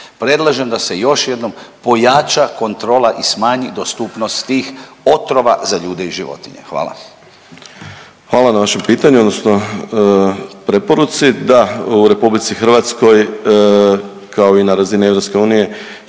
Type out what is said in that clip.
Predlažem da se još jednom pojača kontrola i smanji dostupnost tih otrova za ljude i životinje. Hvala. **Majdak, Tugomir** Hvala na vašem pitanju odnosno preporuci. Da, u RH kao i na razini EU